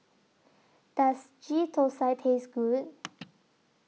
Does Ghee Thosai Taste Good